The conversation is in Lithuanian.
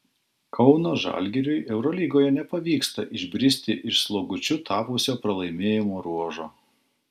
kauno žalgiriui eurolygoje nepavyksta išbristi iš slogučiu tapusio pralaimėjimų ruožo